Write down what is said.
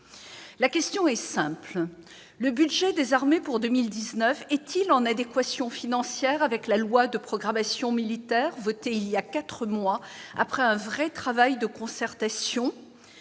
La question est simple : le budget des armées pour 2019 est-il en adéquation financière avec la loi de programmation militaire votée il y a quatre mois, après un vrai travail de concertation ?